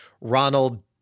Ronald